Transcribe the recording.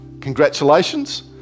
Congratulations